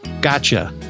Gotcha